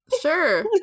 Sure